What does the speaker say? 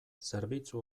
zerbitzu